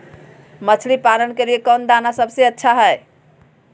मछली पालन के लिए कौन दाना सबसे अच्छा है?